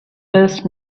first